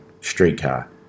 Streetcar